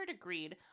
agreed